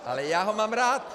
Ale já ho mám rád!